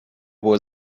were